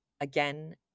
again